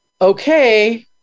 okay